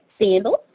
sandals